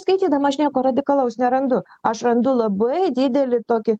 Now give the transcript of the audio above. skaitydama aš nieko radikalaus nerandu aš randu labai didelį tokį